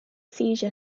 seizure